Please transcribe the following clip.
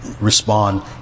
respond